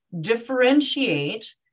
differentiate